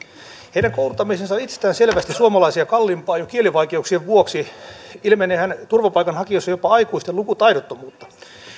heidän kouluttamisensa on itsestäänselvästi suomalaisia kalliimpaa jo kielivaikeuksien vuoksi ilmeneehän turvapaikanhakijoissa jopa aikuisten lukutaidottomuutta